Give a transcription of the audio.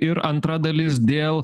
ir antra dalis dėl